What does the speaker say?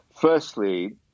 Firstly